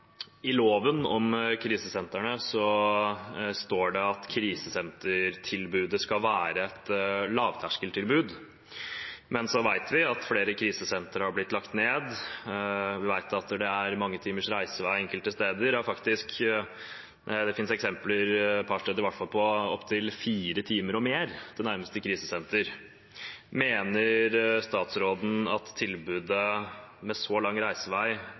I loven om krisesentrene står det at krisesentertilbudet skal være et lavterskeltilbud, men vi vet at flere krisesentre har blitt lagt ned, og vi vet at det er mange timers reisevei enkelte steder. Det fins i hvert fall eksempler på et par steder med opptil fire timer og mer til nærmeste krisesenter. Mener statsråden at tilbud med så lang reisevei